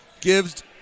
gives